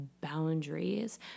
boundaries